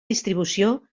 distribució